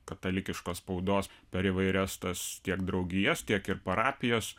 katalikiškos spaudos per įvairias tas tiek draugijas tiek ir parapijas